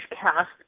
cast